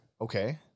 Okay